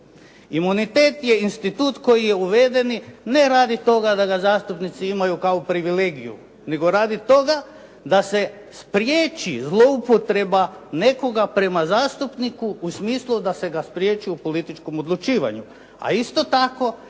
Imunitet je institut koji je uvedeni ne radi toga da ga zastupnici imaju kao privilegiju nego radi toga da se spriječi zloupotreba nekoga prema zastupniku u smislu da se ga spriječi u političkom odlučivanju.